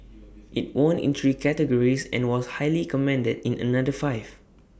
IT won in three categories and was highly commended in another five